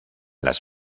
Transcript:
las